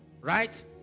right